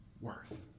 worth